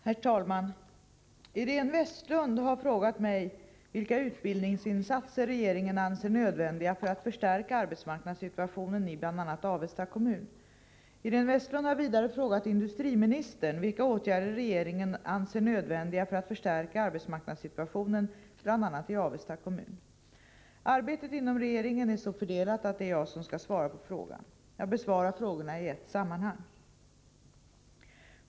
Herr talman! Iréne Vestlund har frågat mig vilka utbildningsinsatser regeringen anser nödvändiga för att förstärka arbetsmarknadssituationen i bl.a. Avesta kommun. Iréne Vestlund har vidare frågat industriministern vilka åtgärder regeringen anser nödvändiga för att förstärka arbetsmarknadssituationen bl.a. i Avesta kommun. Arbetet inom regeringen är så fördelat att det är jag som skall svara på frågan. Jag besvarar frågorna i ett sammanhang.